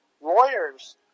lawyers